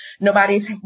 nobody's